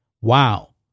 Wow